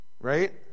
Right